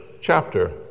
chapter